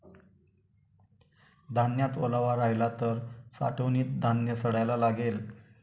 धान्यात ओलावा राहिला तर साठवणीत धान्य सडायला लागेल